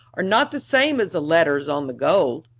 are not the same as the letters on the gold.